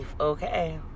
okay